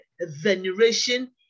veneration